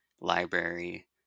library